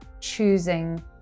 choosing